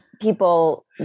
people